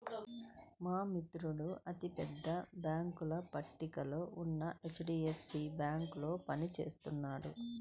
మా మిత్రుడు అతి పెద్ద బ్యేంకుల పట్టికలో ఉన్న హెచ్.డీ.ఎఫ్.సీ బ్యేంకులో పని చేస్తున్నాడు